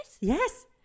Yes